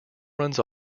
runs